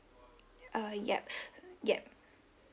uh yup yup